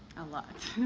and lot.